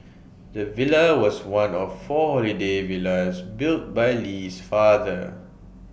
the villa was one of four holiday villas built by Lee's father